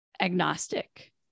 agnostic